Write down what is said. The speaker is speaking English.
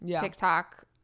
TikTok